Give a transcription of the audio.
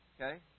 Okay